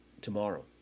tomorrow